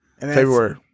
february